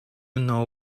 know